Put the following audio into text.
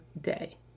day